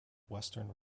western